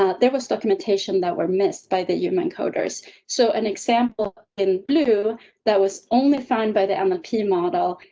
ah there was documentation that were missed by the you know encoders. so, an example in blue that was only find by the um ah p and model,